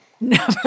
no